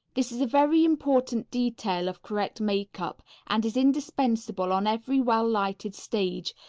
this is a very important detail of correct makeup, and is indispensable on every well-lighted stage,